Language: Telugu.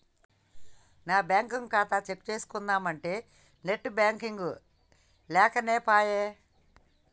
నా బ్యేంకు ఖాతా చెక్ చేస్కుందామంటే నెట్ బాంకింగ్ లేకనేపాయె